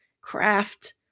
craft